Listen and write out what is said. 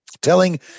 Telling